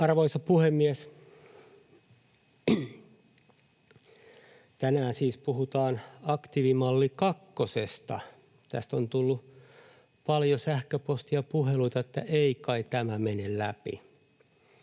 Arvoisa puhemies! Tänään siis puhutaan aktiivimalli kakkosesta. Tästä on tullut paljon sähköposteja ja puheluita, että ei kai tämä mene läpi.